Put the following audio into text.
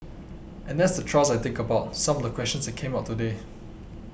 and that's the thrust I think about some of the questions that came up today